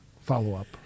follow-up